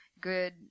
good